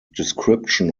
description